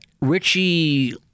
Richie